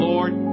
Lord